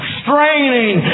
straining